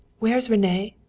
where is rene?